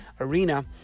arena